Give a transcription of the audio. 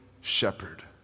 shepherd